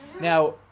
Now